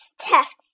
tasks